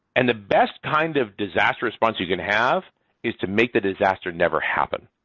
and the best kind of disaster response you can have is to make the disaster never happened.